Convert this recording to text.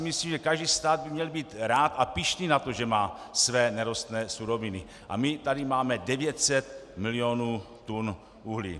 Myslím si, že každý stát by měl být rád a pyšný na to, že má své nerostné suroviny, a my tady máme 900 milionů tun uhlí.